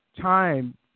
time